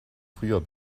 früher